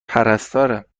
پرستاره